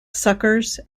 suckers